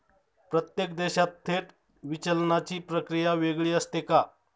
प्रत्येक देशात थेट विचलनाची प्रक्रिया वेगळी असते का?